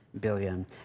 billion